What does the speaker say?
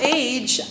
age